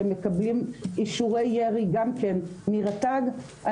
שמקבלים אישורי ירי גם כן מרשות הטבע והגנים,